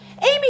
Amy